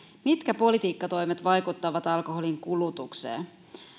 mitkä politiikkatoimet vaikuttavat alkoholin kulutukseen